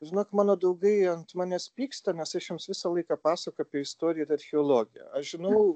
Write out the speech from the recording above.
žinok mano draugai ant manęs pyksta nes aš jiems visą laiką pasakojo apie istoriją archeologiją aš žinau